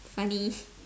funny